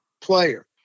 player